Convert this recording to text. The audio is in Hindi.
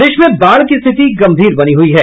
प्रदेश में बाढ़ की स्थिति गंभीर बनी हुई है